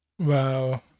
Wow